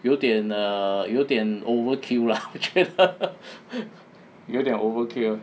有点 err 有点 overkill lah 我觉得 有点 overkill